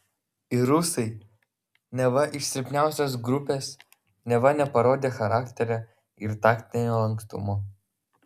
ir rusai neva iš silpniausios grupės neva neparodę charakterio ir taktinio lankstumo